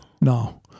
No